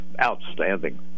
outstanding